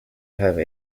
have